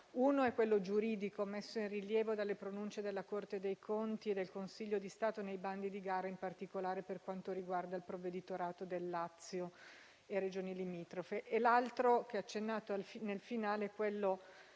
uno è quello giuridico, messo in rilievo dalle pronunce della Corte dei conti e del Consiglio di Stato nei bandi di gara, in particolare per quanto riguarda il provveditorato del Lazio e Regioni limitrofe, e l'altro, che è accennato nel finale, è relativo